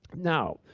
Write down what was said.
now,